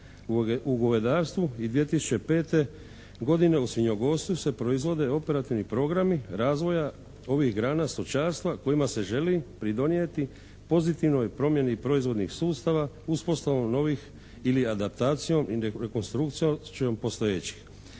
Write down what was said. u govedarstvu i 2005. godine u svinjogojstvu se proizvode operativni programi razvoja ovih grana stočarstva kojima se želi pridonijeti pozitivnoj promjeni proizvodnih sustava uspostavom novih ili adaptacijom i rekonstrukcijom postojećih.